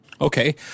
Okay